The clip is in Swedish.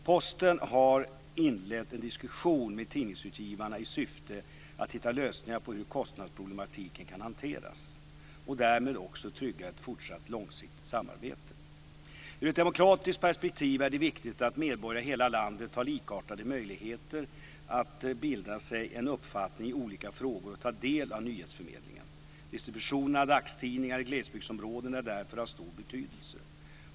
Posten har inlett en diskussion med tidningsutgivarna i syfte att hitta lösningar på hur kostnadsproblematiken kan hanteras och därmed också trygga ett fortsatt långsiktigt samarbete. Ur ett demokratiskt perspektiv är det viktigt att medborgare i hela landet har likartade möjligheter att bilda sig en uppfattning i olika frågor och ta del av nyhetsförmedlingen. Distribution av dagstidningar i glesbygdsområden är därför av stor betydelse.